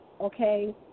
okay